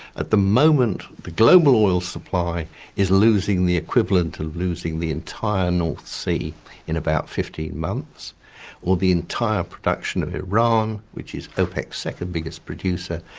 at the moment the global oil supply is losing the equivalent of losing the entire north sea in about fifteen months or the entire production of iran, which is opec's second biggest producer,